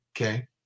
okay